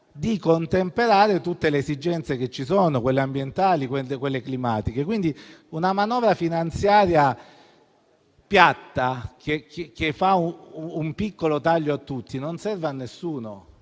di contemperare tutte le esigenze che ci sono, quelle ambientali e quelle climatiche. Una manovra finanziaria piatta, che opera un piccolo taglio a tutti, non serve a nessuno